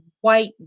white